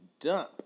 Dump